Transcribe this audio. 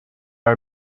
are